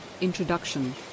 Introduction